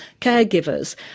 caregivers